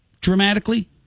dramatically